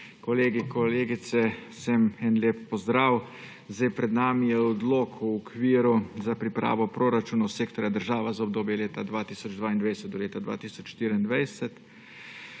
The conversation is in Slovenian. kolegi, kolegice, vsem en lep pozdrav! Pred nami je odlok o okviru za pripravo proračunov sektorja država za obdobje od leta 2022 do leta 2024.